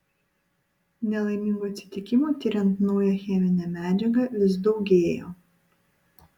nelaimingų atsitikimų tiriant naują cheminę medžiagą vis daugėjo